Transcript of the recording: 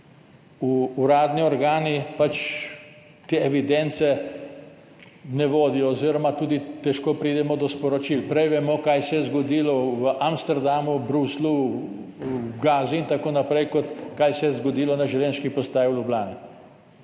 Uradni organi te evidence ne vodijo oziroma tudi težko pridemo do sporočil. Prej vemo, kaj se je zgodilo v Amsterdamu, Bruslju, Gazi in tako naprej, kot kaj se je zgodilo na železniški postaji v Ljubljani.